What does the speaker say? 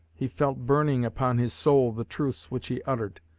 he felt burning upon his soul the truths which he uttered,